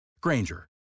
Granger